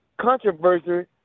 controversy